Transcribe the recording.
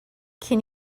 can